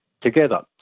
together